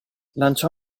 lanciò